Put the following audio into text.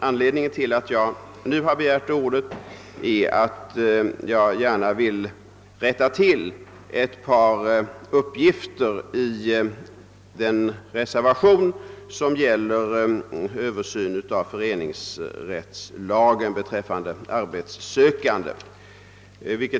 Anledningen till att jag nu har tagit till orda är att jag gärna vill rätta till ett par uppgifter i den reservation som gäller en översyn av föreningsrättslagen beträffande arbetssökande.